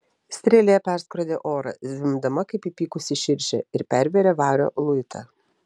strėlė perskrodė orą zvimbdama kaip įpykusi širšė ir pervėrė vario luitą